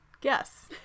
guess